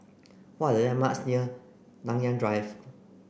what are the landmarks near Nanyang Drive